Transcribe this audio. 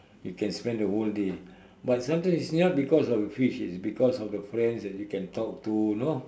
you can spend the whole day but sometimes it's not because of the fish it's because of the friends that you can talk to you know